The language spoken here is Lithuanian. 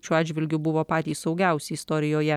šiuo atžvilgiu buvo patys saugiausi istorijoje